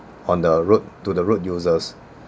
on the road to the road users